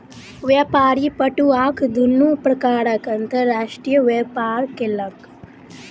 व्यापारी पटुआक दुनू प्रकारक अंतर्राष्ट्रीय व्यापार केलक